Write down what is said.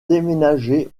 déménager